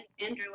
Andrew